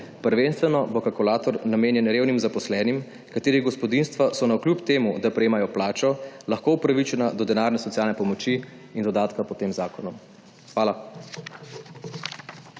Prvenstveno bo kalkulator namenjen revnim zaposlenim, katerih gospodinjstva so navkljub temu, da prejemajo plačo lahko upravičena do denarne socialne pomoči in dodatka po tem zakonu. Hvala.